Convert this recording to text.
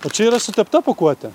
o čia yra sutepta pakuotė